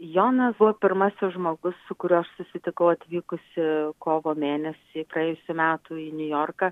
jonas buvo pirmasis žmogus su kuriuo aš susitikau atvykusi kovo mėnesį praėjusių metų į niujorką